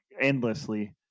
endlessly